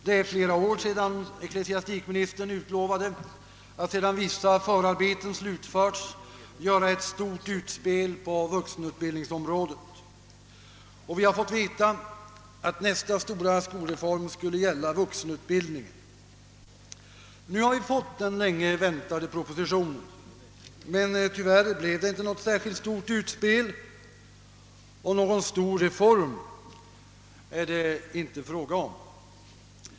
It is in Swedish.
Det är flera år sedan ecklesiastikministern lovade att, sedan vissa förarbeten slutförts, göra »ett stort utspel» på vuxenutbildningsområdet. Vi har fått veta att nästa stora skolreform skulle gälla vuxenutbildningen. Nu har vi fått den länge väntade propositionen, men tyvärr blev det inte något särskilt stort utspel, och någon stor reform är det inte fråga om.